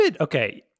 Okay